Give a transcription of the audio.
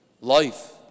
Life